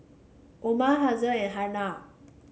Umar Haziq and Hana